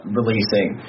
releasing